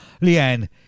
Leanne